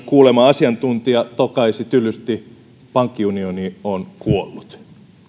kuulema asiantuntija tokaisi tylysti pankkiunioni on kuollut